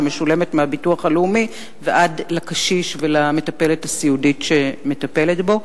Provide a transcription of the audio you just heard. שמשולמת מהביטוח הלאומי ועד לקשיש ולמטפלת הסיעודית שמטפלת בו.